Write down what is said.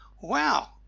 wow